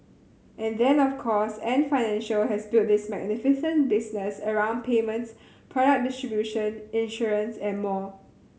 and then of course Ant Financial has built this magnificent business around payments product distribution insurance and more